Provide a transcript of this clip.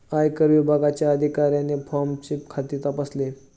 आयकर विभागाच्या अधिकाऱ्याने फॉर्मचे खाते तपासले